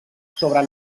sobre